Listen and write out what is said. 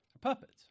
puppets